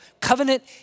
covenant